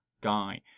guy